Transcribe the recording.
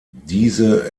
diese